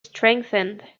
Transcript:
strengthened